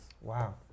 Wow